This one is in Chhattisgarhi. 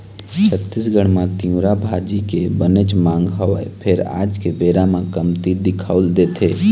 छत्तीसगढ़ म तिंवरा भाजी के बनेच मांग हवय फेर आज के बेरा म कमती दिखउल देथे